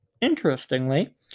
Interestingly